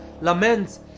laments